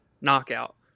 knockout